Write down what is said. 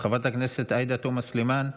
חברת הכנסת עאידה תומא סלימאן,